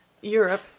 Europe